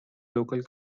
local